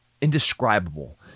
indescribable